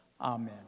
Amen